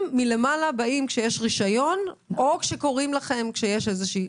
באים כשיש חידוש רישיון או כשקוראים לכם כשיש בעיה.